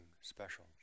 special